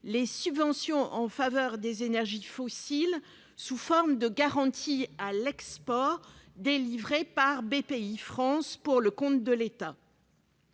les subventions en faveur des énergies fossiles sous forme de garanties à l'export, délivrées par Bpifrance pour le compte de l'État.